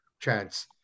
chance